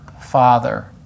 Father